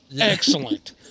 excellent